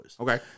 Okay